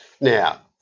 Now